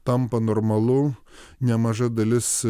tampa normalu nemaža dalis